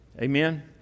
Amen